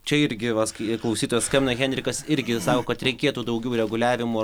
čia irgi va klausytojas skambina henrikas irgi sako kad reikėtų daugiau reguliavimo